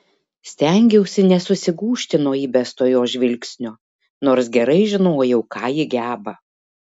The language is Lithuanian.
stengiausi nesusigūžti nuo įbesto jos žvilgsnio nors gerai žinojau ką ji geba